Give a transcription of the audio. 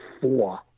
four